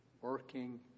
working